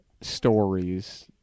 stories